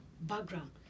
background